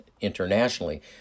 internationally